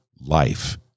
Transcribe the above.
life